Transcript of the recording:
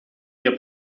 wir